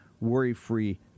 worry-free